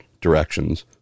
directions